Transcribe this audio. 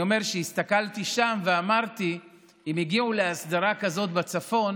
אני אומר שהסתכלתי שם ואמרתי: אם הגיעו להסדרה כזאת בצפון,